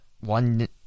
one